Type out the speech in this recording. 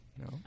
no